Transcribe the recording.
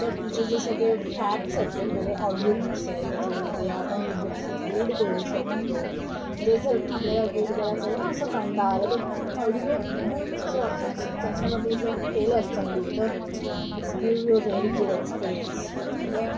हे ह्याच्या जे सगळे फॅट सर्टिफिक वगैरे ऑडिओ बुक्स आहे त्याच्यामध्ये आपण बुक्स रीड करू शकतो म्हणजे जर आपल्याला रीड करायचं आहे ना असं कंटाळा आलं तर तू ऑडिओ बुकचं जर ऑप्शन्स त्याच्यामधे जर केलं चालू तर it give you very good experience okay